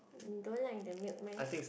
you don't like the milk meh